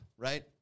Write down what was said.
Right